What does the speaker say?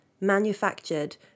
manufactured